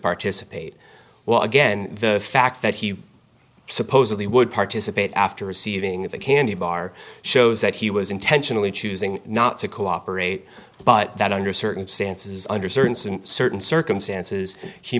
participate well again the fact that he supposedly would participate after receiving the candy bar shows that he was intentionally choosing not to cooperate but that under circumstances under certain certain circumstances he